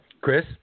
Chris